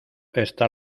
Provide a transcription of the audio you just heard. está